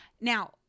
now